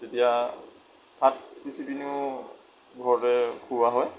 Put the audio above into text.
তেতিয়া ভাত পিচি পেলাইও ঘৰতে খুওৱা হয়